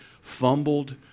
fumbled